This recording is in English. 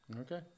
Okay